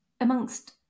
amongst